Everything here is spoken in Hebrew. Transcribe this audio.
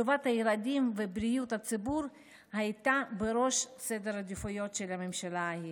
טובת הילדים ובריאות הציבור היו בראש סדר העדיפויות של הממשלה ההיא.